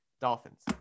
Dolphins